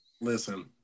Listen